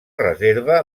reserva